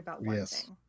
yes